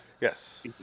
Yes